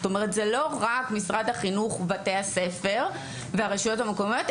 זאת אומרת זה לא רק משרד החינוך בבתי הספר והרשויות המקומיות,